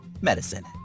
medicine